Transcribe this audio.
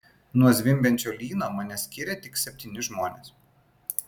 nuo zvimbiančio lyno mane skiria tik septyni žmonės